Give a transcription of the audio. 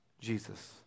Jesus